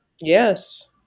Yes